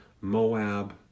Moab